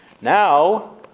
Now